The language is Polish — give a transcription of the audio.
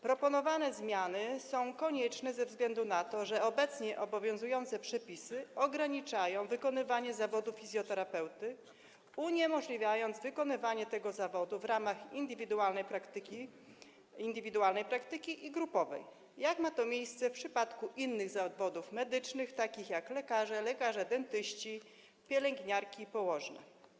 Proponowane zmiany są konieczne ze względu na to, że obecnie obowiązujące przepisy ograniczają wykonywanie zawodu fizjoterapeuty, uniemożliwiając wykonywanie tego zawodu w ramach praktyki indywidualnej i grupowej, jak ma to miejsce w przypadku innych zawodów medycznych, takich jak lekarze, lekarze dentyści, pielęgniarki i położne.